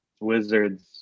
Wizards